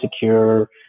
secure